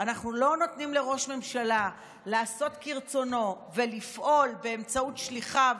אנחנו לא נותנים לראש הממשלה לעשות כרצונו ולפעול באמצעות שליחיו,